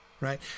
right